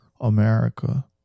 America